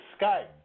Skype